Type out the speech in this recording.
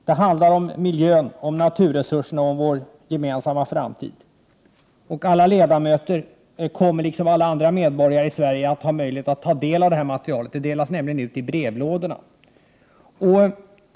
Det handlar om miljön, om naturresurser och om vår gemensamma framtid. Alla ledamöter kommer, liksom alla andra medborgare i Sverige, att få möjlighet att ta del av detta material. Det delas nämligen ut i brevlådorna.